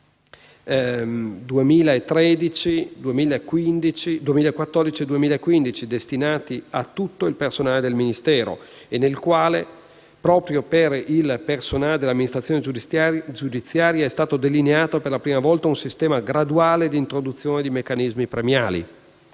2013, 2014 e 2015, destinati a tutto il personale del Ministero, e nel quale proprio per il personale dell'amministrazione giudiziaria è stato delineato, per la prima volta, un sistema graduale di introduzione di meccanismi premiali.